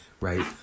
right